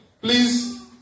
Please